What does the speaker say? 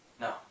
No